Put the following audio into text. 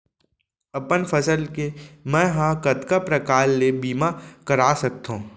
अपन फसल के मै ह कतका प्रकार ले बीमा करा सकथो?